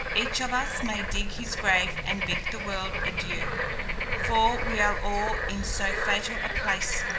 each of us may dig his grave, and bid the world adieu for we are all in so fatal a place,